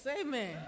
Amen